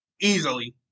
easily